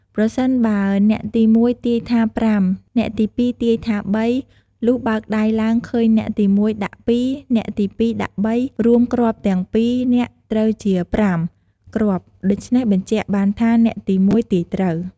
ប្រសិនបើអ្នកទី១ ទាយថា៥ អ្នកទី២ ទាយថា៣ លុះបើកដៃឡើងឃើញអ្នកទី១ ដាក់២ អ្នកទី២ ដាក់៣ រួមគ្រាប់ទាំង២ នាក់ត្រូវជា ៥ គ្រាប់ ដូច្នេះ បញ្ជាក់បានថា អ្នកទី ១ ទាយត្រូវ។